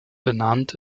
benannt